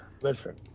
Listen